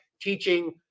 teaching